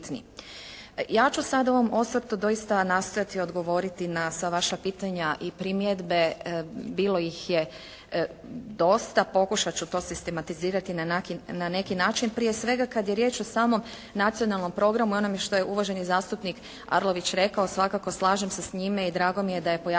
Ja ću sad u ovom osvrtu doista nastojati odgovoriti na sva vaša pitanja i primjedbe. Bilo ih je dosta. Pokušat ću to sistematizirati na neki način. Prije svega kad je riječ o samom Nacionalnom programu i onome što je uvaženi zastupnik Arlović rekao, svakako slažem se s njim i drago mi je da je pojasnio